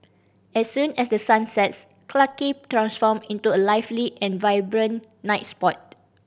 as soon as the sun sets Clarke Quay transform into a lively and vibrant night spot